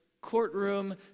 courtroom